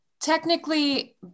technically